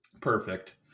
perfect